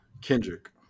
Kendrick